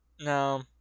No